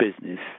business